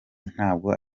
ntabwo